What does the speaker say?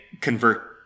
convert